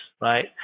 right